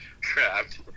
trapped